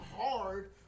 hard